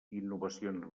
innovacions